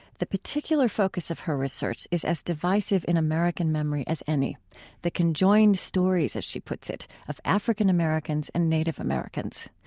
the particular focus of her research is as divisive in american memory as any the conjoined stories, as she puts it, of african-americans and native americans.